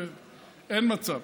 שאין מצב.